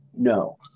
No